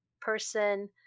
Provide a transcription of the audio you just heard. person